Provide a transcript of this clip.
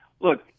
Look